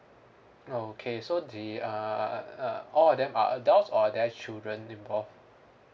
okay so the uh uh all of them are adults or there's children involved